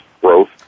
growth